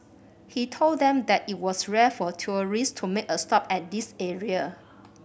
he told them that it was rare for tourist to make a stop at this area